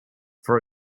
for